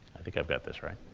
i think i've got this right.